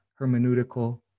hermeneutical